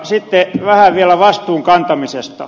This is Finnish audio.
sitten vähän vielä vastuun kantamisesta